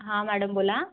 हां मॅडम बोला